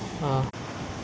dee kosh 发什么事